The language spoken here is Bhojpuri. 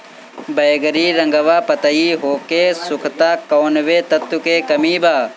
बैगरी रंगवा पतयी होके सुखता कौवने तत्व के कमी बा?